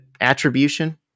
attribution